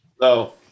No